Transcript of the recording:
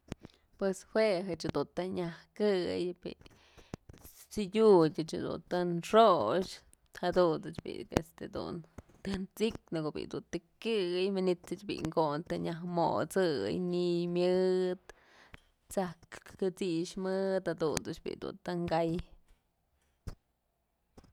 Pues jue ëch jedun të nyaj këy bi'i t'sëdyut tën xoxë jadunt's ëch dun bi'i tën t'sikyë në ko'o bi'i tu'u të kyëy y manytëch bi'i kon të nyaj mot'sëy ni'iy myëdë t'saj kësix mëdë jadunt's dun bi'i tën kay.